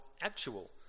actual